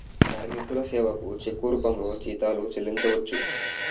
కార్మికుల సేవకు చెక్కు రూపంలో జీతాలు చెల్లించవచ్చు